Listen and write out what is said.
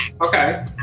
Okay